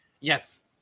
Yes